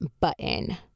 button